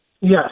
Yes